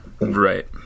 right